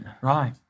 Right